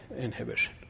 inhibition